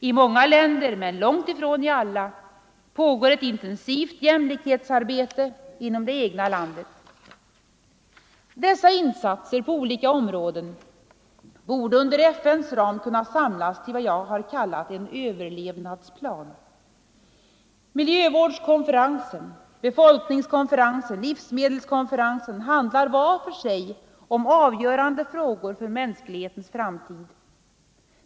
I många länder, men långt ifrån i alla, pågår ett intensivt jämlikhetsarbete inom det egna landet. Dessa insatser på olika områden borde under FN:s ram kunna samlas till vad jag har kallat en överlevnadsplan. Miljövårdskonferensen, befolkningskonferensen, livsmedelskonferensen handlar var för sig om avgörande frågor för mänsklighetens framtid.